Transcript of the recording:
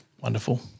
wonderful